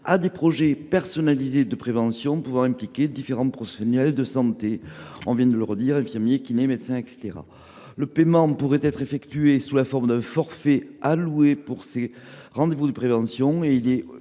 à des projets personnalisés de prévention, pouvant impliquer différents professionnels de santé – infirmiers, kinésithérapeutes, etc. Le paiement pourrait être effectué sous la forme d’un forfait alloué pour ces rendez vous de prévention.